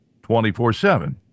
24-7